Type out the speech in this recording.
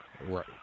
Right